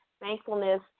thankfulness